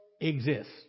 exist